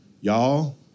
y'all